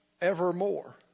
evermore